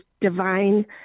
divine